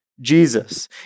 Jesus